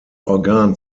organ